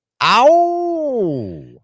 Ow